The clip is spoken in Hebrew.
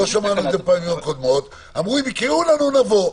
בפעמים קודמות הם אמרו: אם יקראו לנו, לבוא.